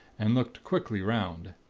and looked quickly round.